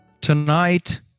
Tonight